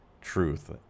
truth